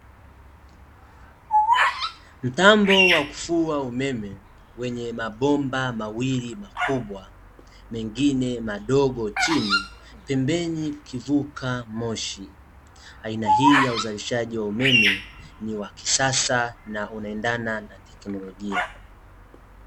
Mtambo wa kufua umeme, wenye mabomba mawili makubwa, mengine madogo chini. Pembeni kukivuka moshi, aina hii ya uzalishaji wa umeme ni wa kisasa na unaendana na tekinolojia.